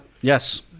Yes